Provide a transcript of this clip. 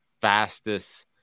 fastest